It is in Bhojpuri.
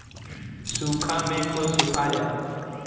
सूखा में कुल सुखा जाला